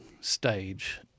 stage